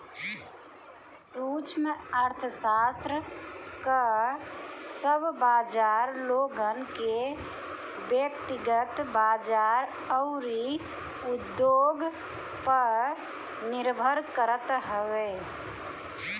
सूक्ष्म अर्थशास्त्र कअ सब बाजार लोगन के व्यकतिगत बाजार अउरी उद्योग पअ निर्भर करत हवे